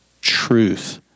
truth